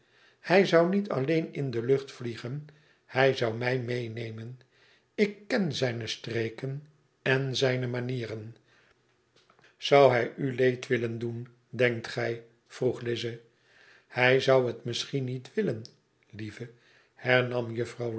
hij zou niet alleen in de lucht vliegen hij zou mij meenemen ik ken zijne streken en zijne manieren zou hij uleed willen doen denkt gij vroeg lize hij zou het misschien niet willen lieve hernam juffrouw